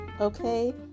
Okay